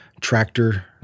Tractor